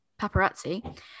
paparazzi